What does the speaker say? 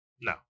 No